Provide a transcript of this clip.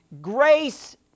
Grace